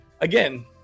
again